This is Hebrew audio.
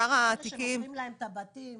כאלה שמוכרים להם את הבתים,